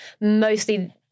Mostly